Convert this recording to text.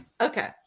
Okay